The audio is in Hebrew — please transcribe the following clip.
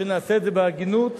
שנעשה את זה בהגינות,